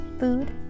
food